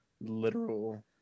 literal